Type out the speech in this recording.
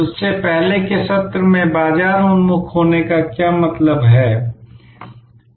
इससे पहले के सत्र में बाजार उन्मुख होने का क्या मतलब है